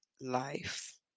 life